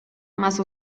más